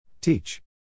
Teach